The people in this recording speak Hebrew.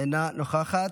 אינה נוכחת.